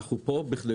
המנוע של